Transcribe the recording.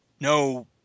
no